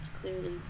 clearly